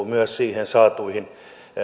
myös perustuu niihin saatuihin